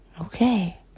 Okay